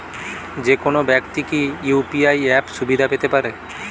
যেকোনো ব্যাক্তি কি ইউ.পি.আই অ্যাপ সুবিধা পেতে পারে?